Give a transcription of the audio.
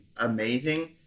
amazing